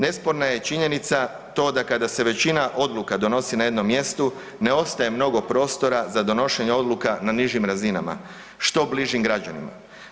Nesporna je činjenica to da kada se većina odluka donosi na jednom mjestu ne ostaje mnogo prostora za donošenje odluka na nižim razinama što bližim građanima.